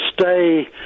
stay